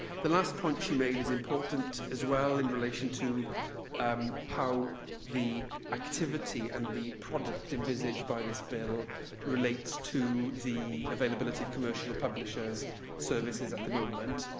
the last point she made is important as well, in relation to um how the activity and the product envisaged by this bill relates to the availability of commercial publishers' services at the moment.